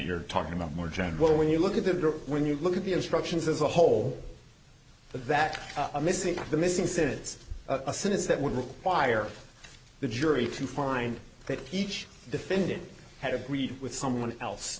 you're talking about more general when you look at the when you look at the instructions as a whole that i'm missing the missing sits a sin is that would require the jury to find that each defendant had agreed with someone else